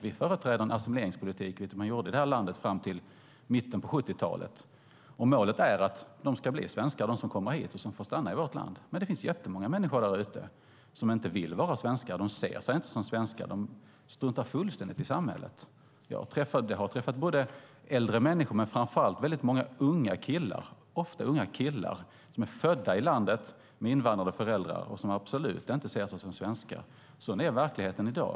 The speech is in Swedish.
Vi företräder en assimileringspolitik, vilket man gjorde i det här landet fram till mitten av 70-talet. Målet är att de som kommer hit och får stanna i vårt land ska bli svenskar, men det finns jättemånga människor där ute som inte vill vara svenskar. De ser sig inte som svenskar. De struntar fullständigt i samhället. Jag har träffat äldre människor, men framför allt många unga killar, ofta unga killar, som är födda i landet, har invandrade föräldrar och absolut inte ser sig som svenskar. Sådan är verkligheten i dag.